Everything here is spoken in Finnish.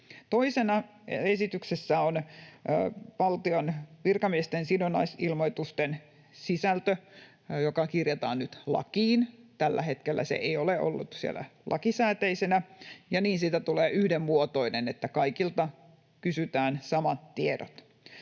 Toisena esityksessä on valtion virkamiesten sidonnaisuusilmoitusten sisältö, joka kirjataan nyt lakiin — tällä hetkellä se ei ole ollut siellä lakisääteisenä — ja niin siitä tulee yhdenmuotoinen, niin että kaikilta kysytään samat tiedot.